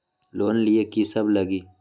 Loan लिए की सब लगी?